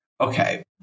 okay